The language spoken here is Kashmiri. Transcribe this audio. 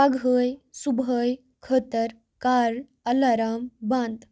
پگہٲے صُبحٲے خٲطرٕ کر الارام بند